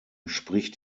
spricht